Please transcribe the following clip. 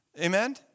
Amen